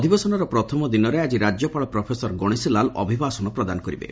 ଅଧିବେଶନର ପ୍ରଥମ ଦିନରେ ଆକି ରାଜ୍ୟପାଳ ପ୍ରଫେସର ଗଣେଶୀ ଲାଲ ଅଭିଭାଷଣ ପ୍ରଦାନ କରିବେ